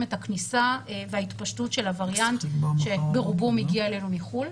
את הכניסה וההתפשטות של הווריאנט שברובו מגיע אלינו מחו"ל.